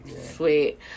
sweet